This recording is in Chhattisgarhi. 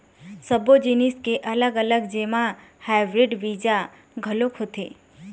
सब्बो जिनिस के अलग अलग जेमा हाइब्रिड बीजा घलोक होथे